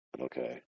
Okay